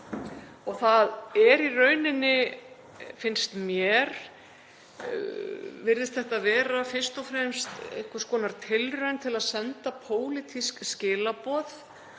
vanda og í rauninni virðist þetta vera fyrst og fremst einhvers konar tilraun til að senda pólitísk skilaboð